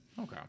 okay